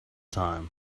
time